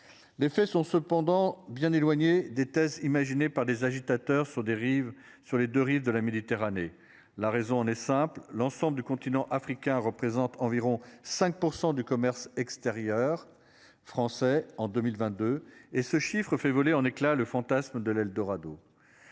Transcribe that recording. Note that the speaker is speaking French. Les faits sont cependant bien éloignées des thèses imaginée par des agitateurs sur. Sur les 2 rives de la Méditerranée. La raison en est simple, l'ensemble du continent africain représente environ 5% du commerce extérieur français en 2022 et ce chiffre fait voler en éclats le fantasme de l'eldorado.